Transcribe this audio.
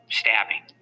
stabbing